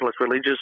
religious